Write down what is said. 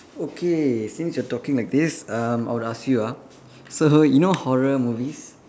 okay since you are talking like this um I would ask you ah so you know horror movies